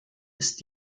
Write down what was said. ist